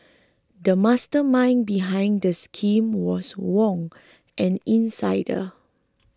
the mastermind behind the scheme was Wong an insider